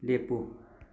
ꯂꯦꯞꯄꯨ